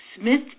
Smith